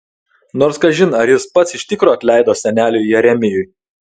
nors kažin ar jis pats iš tikro atleido seneliui jeremijui